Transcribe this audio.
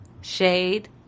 Shade